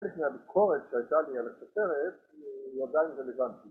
‫חלק מהביקורת שהייתה לי על הסופרת ‫היא עדיין רלוונטית.